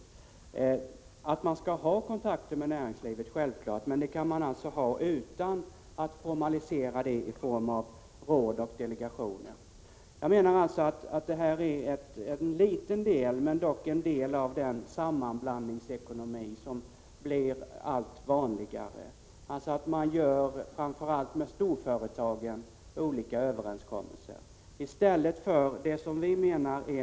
Självfallet skall regeringen ha kontakter med näringslivet, men det kan ske utan att man formaliserar dem i råd och delegationer. Det här är en liten men viktig del av den sammanblandningsekonomi som blir allt vanligare, alltså att regeringen träffar överenskommelser framför allt med storföretagen.